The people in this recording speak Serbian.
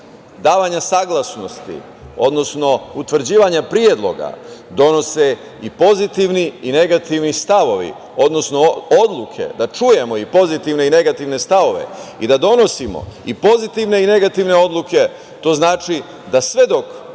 davanja saglasnosti, odnosno utvrđivanja predloga donose i pozitivni i negativni stavovi, odnosno odluke da čujemo i pozitivne i negativne stavove i da donosimo i pozitivne i negativne odluke to znači da sve dok